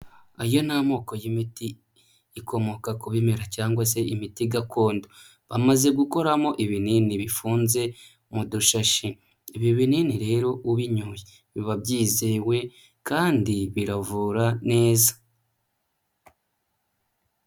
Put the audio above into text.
Aya ni amoko y'imiti ikomoka ku bimera cyangwa se imiti gakondo, bamaze gukoramo ibinini bifunze mudushashi, ibi binini rero ubinyoye biba byizewe kandi biravura neza.